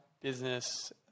business